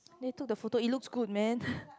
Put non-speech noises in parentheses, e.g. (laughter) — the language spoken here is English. they took the photo it looks good man (breath)